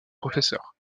professeur